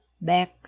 back